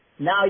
Now